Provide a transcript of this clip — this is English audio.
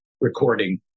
recording